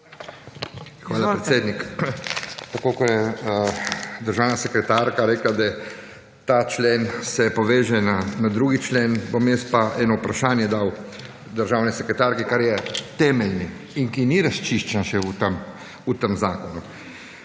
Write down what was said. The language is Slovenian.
Hvala predsednik. Tako kot je državna sekretarka rekla, da ta člen se poveže na 2. člen, bom jaz pa eno vprašanje dal državni sekretarki, kar je temeljni in ki ni razčiščen še v tem zakonu.